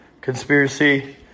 conspiracy